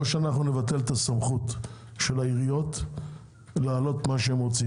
או שאנחנו נבטל את הסמכות של העיריות להעלות מה שרציתם,